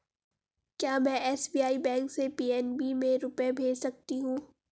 क्या में SBI bank से पी.एन.बी में रुपये भेज सकती हूँ?